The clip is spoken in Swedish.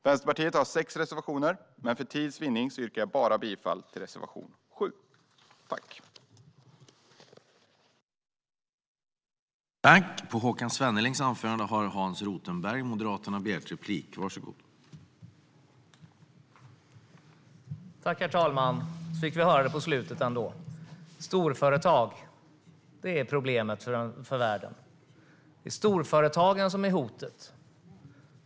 Vänsterpartiet har sex reservationer, men för tids vinnande yrkar jag bara bifall till reservation 7.